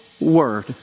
word